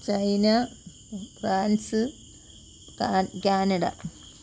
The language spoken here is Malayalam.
China France Canada